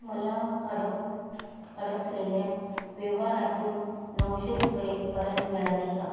मला अडव अडकलेल्या व्यवहारातून नऊशे रुपये परत मिळाले का